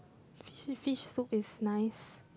fish fish soup is nice